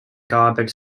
garbage